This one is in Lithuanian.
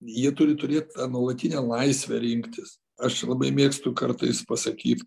jie turi turėt nuolatinę laisvę rinktis aš labai mėgstu kartais pasakyt